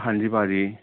ਹਾਂਜੀ ਭਾਅ ਜੀ